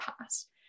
past